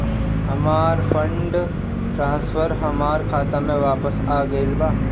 हमर fund transfer हमर खाता में वापस आ गईल बा